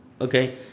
okay